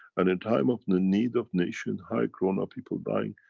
and in time of the need of nation high corona people dying,